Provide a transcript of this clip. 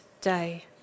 day